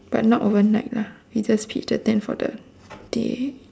but not overnight lah we just pitch the tent for the day